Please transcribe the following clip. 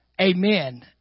Amen